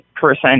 person